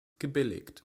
gebilligt